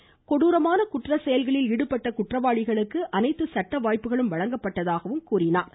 இத்தகைய கொடூரமான குற்ற செயல்களில் ஈடுபட்ட குற்றவாளிகளுக்கு அனைத்து சட்ட வாய்ப்புகளும் வழங்கப்பட்டதாகவும் கூறினார்